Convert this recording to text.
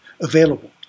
available